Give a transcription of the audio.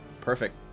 perfect